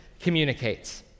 communicates